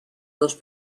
dos